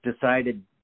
decided